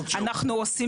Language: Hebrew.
אנחנו עושים